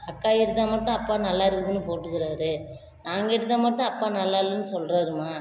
அக்கா எடுத்தால் மட்டும் அப்பா நல்லா இருக்குதுன்னு போட்டுக்கிறாரு நாங்கள் எடுத்தால் மட்டும் அப்பா நல்லா இல்லைன்னு சொல்லுறாரும்மா